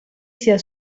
sia